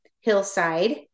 hillside